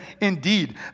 indeed